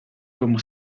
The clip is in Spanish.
como